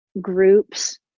groups